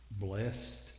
blessed